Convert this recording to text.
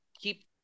keep